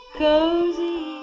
cozy